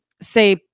say